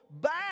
back